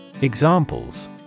Examples